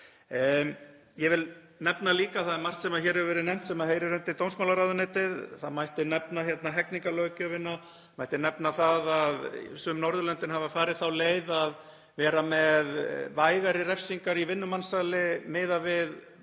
Ég vil líka nefna að það er margt sem hér hefur verið nefnt sem heyrir undir dómsmálaráðuneytið. Það mætti nefna hegningarlöggjöfina, það mætti nefna það að sum Norðurlöndin hafa farið þá leið að vera með vægari refsingar í vinnumansali miðað við